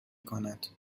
کند